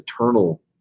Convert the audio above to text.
eternal